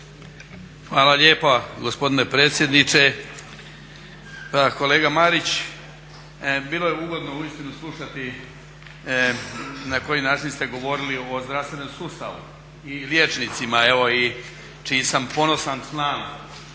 Hvala lijepo gospodine predsjedniče. Kolega Marić bilo je ugodno uistinu slušati na koji način ste govorili o zdravstvenom sustavu i liječnici čiji sam ponosan član